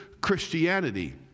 Christianity